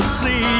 see